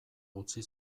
utzi